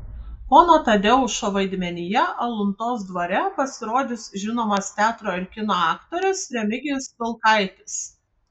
pono tadeušo vaidmenyje aluntos dvare pasirodys žinomas teatro ir kino aktorius remigijus vilkaitis